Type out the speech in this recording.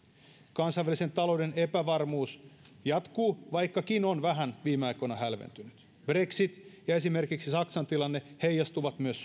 kansainvälisen talouden epävarmuus jatkuu vaikkakin on vähän viime aikoina hälventynyt brexit ja esimerkiksi saksan tilanne heijastuvat myös